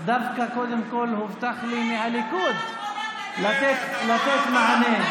דווקא קודם כול הובטח לי מהליכוד לתת מענה.